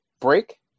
break